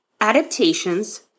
adaptations